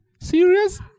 Serious